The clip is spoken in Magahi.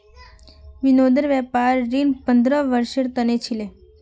विनोदेर व्यापार ऋण पंद्रह वर्षेर त न छिले